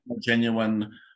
genuine